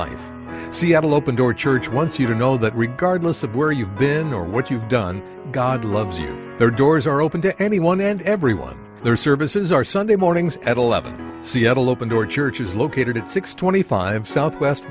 one seattle open door church once you know that regardless of where you've been or what you've done god loves you their doors are open to anyone and everyone their services are sunday mornings at all up seattle door church is located at six twenty five south west